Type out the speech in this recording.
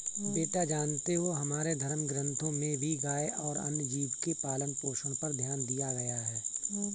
बेटा जानते हो हमारे धर्म ग्रंथों में भी गाय और अन्य जीव के पालन पोषण पर ध्यान दिया गया है